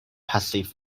passive